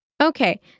Okay